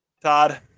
Todd